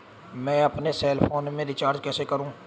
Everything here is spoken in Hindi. मैं अपने सेल फोन में रिचार्ज कैसे करूँ?